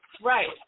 Right